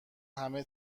همه